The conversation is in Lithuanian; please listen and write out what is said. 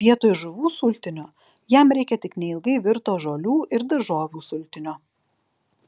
vietoj žuvų sultinio jam reikia tik neilgai virto žolių ir daržovių sultinio